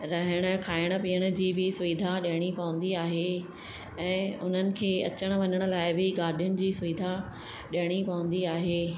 रहण खाइण पीअण जी बि सुविधा ॾियणी पवंदी आहे ऐं उन्हनि खे अचण वञण लाइ बि गाॾियुनि जी सुविधा ॾियणी पवंदी आहे